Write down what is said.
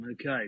Okay